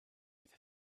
with